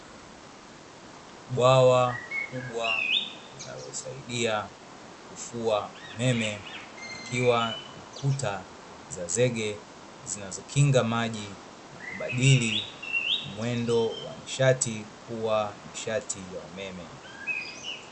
Bwawa kubwa linalosaidia kufua umeme, likiwa na kuta za zege zinazokinga maji na kubadili mwendo wa nishati kuwa nishati ya umeme.